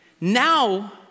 now